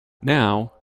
now